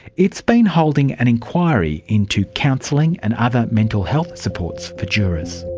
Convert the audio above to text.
it's been holding an inquiry into counselling and other mental health supports for jurors.